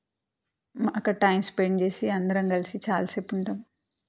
అక్కడ time spend చేసి అందరం కలిసి చాలాసేపు ఉంటాం